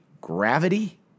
Gravity